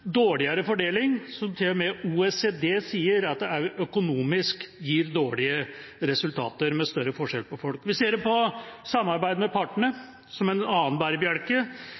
dårligere fordeling – som til og med OECD sier at økonomisk gir dårlige resultater med større forskjell på folk. Vi ser det på samarbeidet med partene, som er en annen bærebjelke.